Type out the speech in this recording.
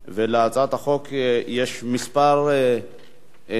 להצעת החוק יש כמה נרשמים.